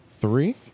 Three